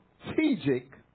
strategic